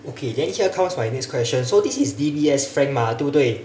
okay then here comes my next question so this is D_B_S frank mah 对不对